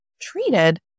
treated